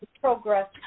progress